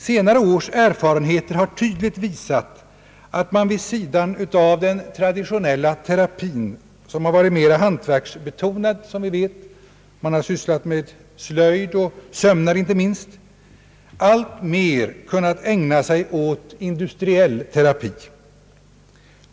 Senare års erfarenheter har tydligt visat att man vid sidan av den traditionella terapin som har varit mera hantverksbetonad — den har utgjorts av slöjd och sömnad inte minst — alltmer kunnat ägna sig åt industriell terapi.